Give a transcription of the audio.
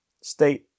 state